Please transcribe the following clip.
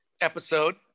episode